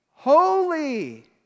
holy